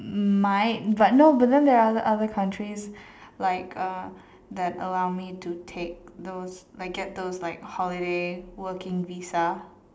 might but no but then there other other countries like uh that allow me to take those like get those like holiday working visa